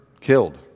killed